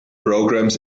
programs